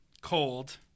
cold